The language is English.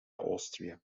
austria